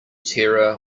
terror